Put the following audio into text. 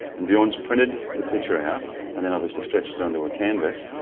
and bjorn's printed the picture out and and obviously stretched it onto a canvas.